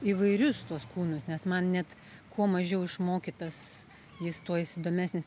įvairius tuos kūnus nes man net kuo mažiau išmokytas jis tuo jis įdomesnis